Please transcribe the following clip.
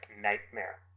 nightmare